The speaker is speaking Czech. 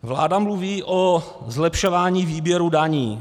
Vláda mluví o zlepšování výběru daní.